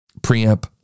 preamp